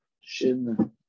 Shin